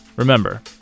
Remember